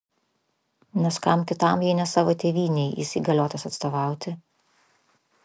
nes kam kitam jei ne savo tėvynei jis įgaliotas atstovauti